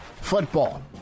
Football